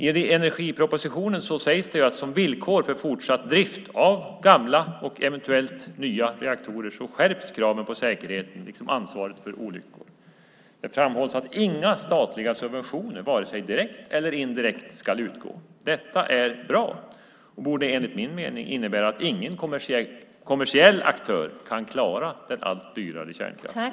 I energipropositionen sägs det att kraven på säkerhet liksom ansvaret för olyckor skärps som villkor för fortsatt drift av gamla och eventuellt nya reaktorer. Det framhålls att inga statliga subventioner ska utgå vare sig direkt eller indirekt. Detta är bra och borde enligt min mening innebära att ingen kommersiell aktör kan klara den allt dyrare kärnkraften.